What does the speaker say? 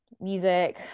music